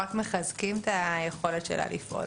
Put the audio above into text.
רק מחזקים את היכולת שלה לפעול.